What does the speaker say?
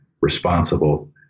responsible